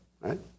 right